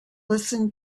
listen